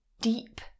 deep